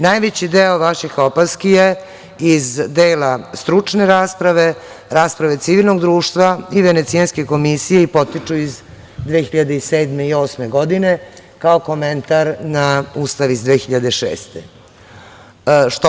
Najveći deo vaših opaski je iz dela stručne rasprave, rasprave civilnog društva i Venecijanske komisije i potiču iz 2007. i 2008. godine, kao komentar na Ustav iz 2006. godine.